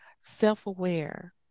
self-aware